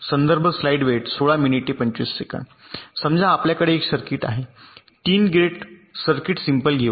समजा आपल्याकडे एक सर्किट आहे 3 गेटस सर्किट सिंपल घेऊ